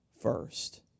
first